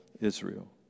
Israel